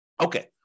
Okay